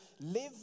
live